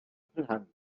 prynhawn